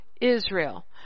Israel